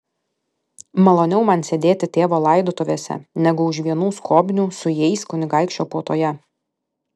maloniau man sėdėti tėvo laidotuvėse negu už vienų skobnių su jais kunigaikščio puotoje